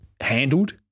handled